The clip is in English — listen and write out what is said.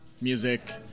music